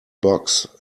box